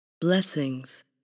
blessings